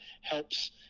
helps